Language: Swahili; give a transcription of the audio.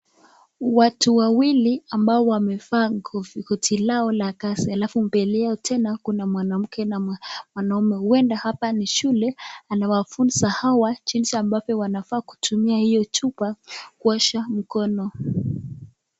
Watu wawili ambao wamevaa koti lao la kazi alafu mbele yao tena kuna mwanamke na mwanaume, ueda hapa ni shule anawafuza hawa jinsi ambavyo wanafaa kutumia hio chupa kuosha mikono.